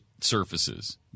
surfaces